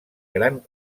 gran